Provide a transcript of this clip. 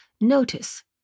Notice